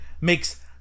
Makes